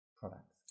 products